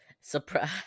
Surprise